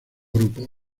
grupos